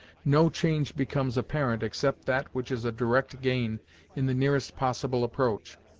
no change becomes apparent except that which is a direct gain in the nearest possible approach.